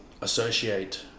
associate